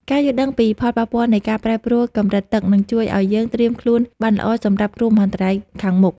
ការយល់ដឹងពីផលប៉ះពាល់នៃការប្រែប្រួលកម្រិតទឹកនឹងជួយឱ្យយើងត្រៀមខ្លួនបានល្អសម្រាប់គ្រោះមហន្តរាយខាងមុខ។